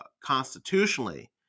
constitutionally